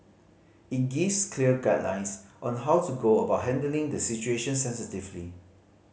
it gives clear guidelines on how to go about handling the situation sensitively